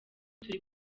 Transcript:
turi